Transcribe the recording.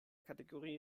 kategorie